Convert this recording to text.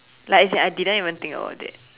like as in I didn't even think about it